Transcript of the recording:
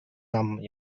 нам